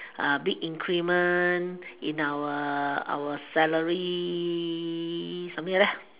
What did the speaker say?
big increment in our our salary something like that